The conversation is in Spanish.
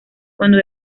cuando